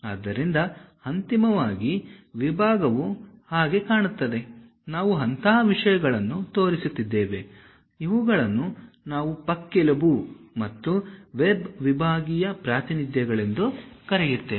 ಆದ್ದರಿಂದ ಅಂತಿಮವಾಗಿ ವಿಭಾಗವು ಹಾಗೆ ಕಾಣುತ್ತದೆ ನಾವು ಅಂತಹ ವಿಷಯಗಳನ್ನು ತೋರಿಸುತ್ತಿದ್ದೇವೆ ಇವುಗಳನ್ನು ನಾವು ಪಕ್ಕೆಲುಬು ಮತ್ತು ವೆಬ್ ವಿಭಾಗೀಯ ಪ್ರಾತಿನಿಧ್ಯಗಳೆಂದು ಕರೆಯುತ್ತೇವೆ